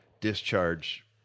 discharge